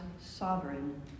sovereign